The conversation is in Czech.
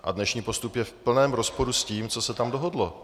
A dnešní postup je v plném rozporu s tím, co se tam dohodlo.